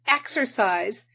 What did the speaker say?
exercise